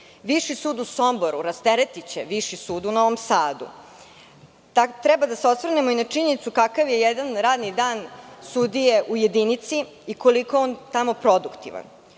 Viši sud u Somboru rasteretiće Viši sud u Novom Sadu. Treba da se osvrnemo i na činjenicu kakav je jedan radni dan sudije u jedinici i koliko je on tamo produktivan.